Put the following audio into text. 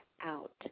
out